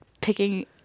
picking